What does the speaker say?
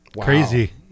Crazy